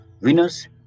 Winners